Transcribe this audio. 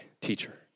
teacher